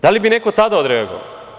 Da li bi neko tada odreagovao?